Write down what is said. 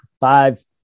five